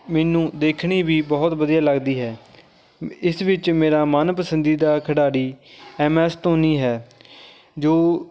ਮੈਨੂੰ ਦੇਖਣੀ ਵੀ ਬਹੁਤ ਵਧੀਆ ਲੱਗਦੀ ਹੈ ਇਸ ਵਿੱਚ ਮੇਰਾ ਮਨ ਪਸੰਦੀਦਾ ਖਿਡਾਰੀ ਐੱਮ ਐੱਸ ਧੋਨੀ ਹੈ ਜੋ